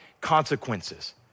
consequences